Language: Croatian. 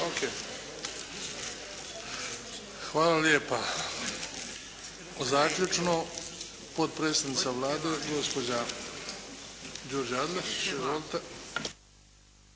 Hvala lijepa. Zaključno, potpredsjednika Vlade gospođa Đurđa Adlešić.